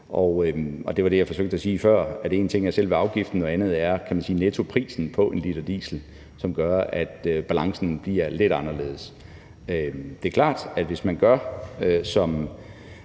Det var det, jeg forsøgte at sige før: at en ting er selve afgiften, en anden ting er nettoprisen på 1 l diesel, som gør, at balancen bliver lidt anderledes. Det er klart, at hvis man gør, som